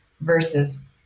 versus